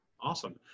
Awesome